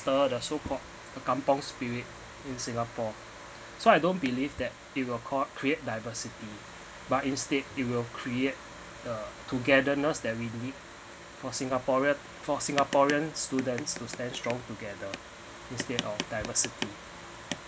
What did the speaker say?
the the so called the kampung spirit in singapore so I don't believe that it will cua~ create diversity but instead it will create the togetherness that we need for singaporean for singaporeans students to stand strong together instead of diversity